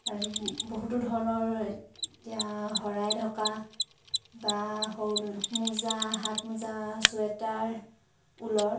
আৰু বহুতো ধৰণৰ এতিয়া শৰাই ঢকা বা সৰু মোজা হাতোমোজা চুৱেটাৰ ঊলৰ